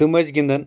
تِمۍ ٲسۍ گِنٛدان